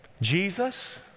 Jesus